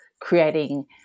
creating